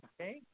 okay